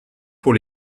pour